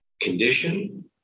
condition